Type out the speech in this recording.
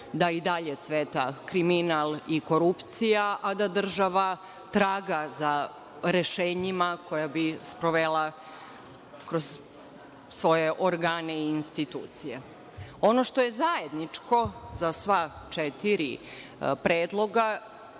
da i dalje cveta kriminal i korupcija, a da država traga za rešenjima koja bi sprovela kroz svoje organe i institucije. Ono što je zajedničko za sva četiri predloga,